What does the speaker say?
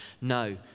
No